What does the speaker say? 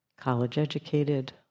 college-educated